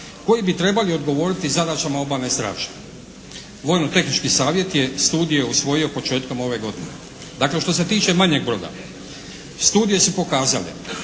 koji bi trebali odgovoriti zadaćama obalne straže. Vojno tehnički savjet je studije usvojio početkom ove godine. Dakle, što se tiče manjeg broda, studije su pokazale